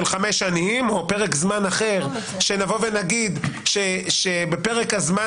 של חמש שנים או פרק זמן אחר שנבוא ונגיד שבפרק הזמן